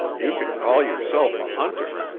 you can call yourself a hunter.